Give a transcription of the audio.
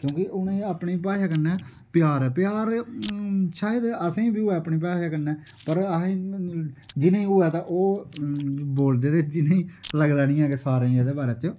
क्योंकि उनेंगी अपनी भाशा कन्नै प्यार ऐ प्यार शायद आसेंगी बी होऐ अपनी भाशा कन्ने पर आसेगी जिन्ने होऐ ते ओह् बोलदे लगदा नेईं है कि सारे गी एहदे बारे च